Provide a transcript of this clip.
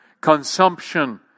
consumption